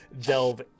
delve